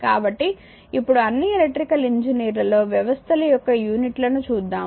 కాబట్టి ఇప్పుడు అన్ని ఎలక్ట్రికల్ ఇంజనీర్లలో వ్యవస్థల యొక్క యూనిట్ లని చూద్దాము